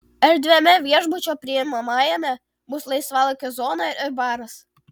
erdviame viešbučio priimamajame bus laisvalaikio zona ir baras